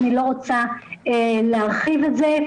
אני לא רוצה להרחיב על זה,